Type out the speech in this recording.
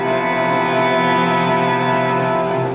and